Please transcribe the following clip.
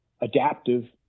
adaptive